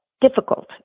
difficult